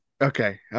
okay